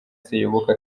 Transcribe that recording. seyoboka